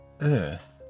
earth